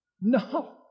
No